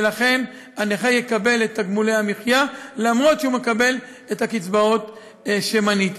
ולכן הנכה יקבל את תגמולי המחיה למרות שהוא מקבל את הקצבאות שמניתי.